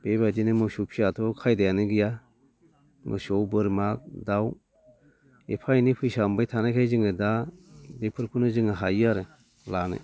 बेबायदिनो मोसौ फिसायाबाथ' खायदायानो गैया मोसौ बोरमा दाउ एफा एनै फैसा मोनबाय थानायखाय जोङो दा बेफोरखौनो जोङो हायो आरो लानो